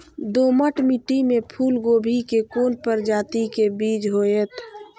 दोमट मिट्टी में फूल गोभी के कोन प्रजाति के बीज होयत?